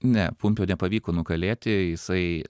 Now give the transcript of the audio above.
ne pumpio nepavyko nugalėti jisai